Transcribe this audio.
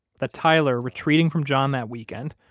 that tyler, retreating from john that weekend,